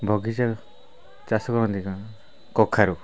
ବଗିଚା ଚାଷ କରନ୍ତି କଖାରୁ